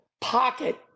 pocket